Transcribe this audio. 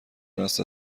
دست